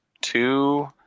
Two